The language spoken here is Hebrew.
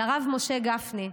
לרב משה גפני,